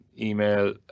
email